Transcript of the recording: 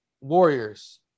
warriors